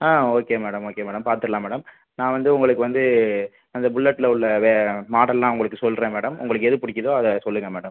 ஆ okay madam okay madam பார்த்துர்லாம் madam நான் வந்து உங்களுக்கு வந்து அந்த புல்லட்ல உள்ள வே மாடல்லாம் உங்களுக்கு சொல்கிறேன் மேடம் உங்களுக்கு எது பிடிக்குதோ அதை சொல்லுங்கள் மேடம்